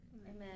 Amen